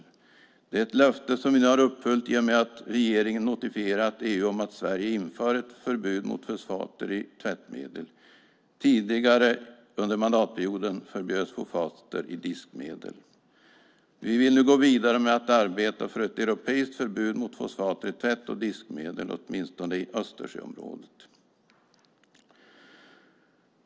Det är ett löfte som vi har infriat i och med att regeringen notifierat EU om att Sverige inför ett förbud mot fosfater i tvättmedel. Tidigare under mandatperioden förbjöds fosfater i diskmedel. Vi vill nu gå vidare med att arbeta för ett europeiskt förbud mot fosfater i tvätt och diskmedel, åtminstone i Östersjöområdet.